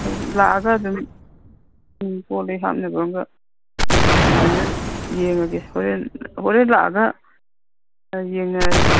ꯂꯥꯛꯑꯒ ꯑꯗꯨꯝ ꯎꯝ ꯀꯣꯜ ꯂꯤꯛ ꯍꯥꯞꯅꯕ ꯑꯝꯒ ꯑꯗꯨꯃꯥꯏꯅ ꯌꯦꯡꯉꯒꯦ ꯍꯣꯔꯦꯟ ꯍꯣꯔꯦꯟ ꯂꯥꯛꯑꯒ ꯑꯥ ꯌꯦꯡꯅꯔꯁꯤ